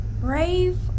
Brave